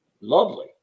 Lovely